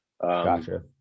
gotcha